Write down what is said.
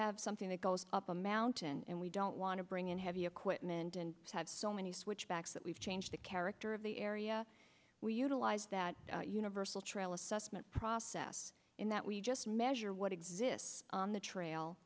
have something that goes up a mountain and we don't want to bring in heavy equipment and have so many switchbacks that we've changed the character of the area we utilize that universal trail assessment process in that we just measure what exists on the trail